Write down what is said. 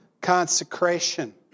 consecration